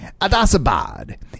Adasabad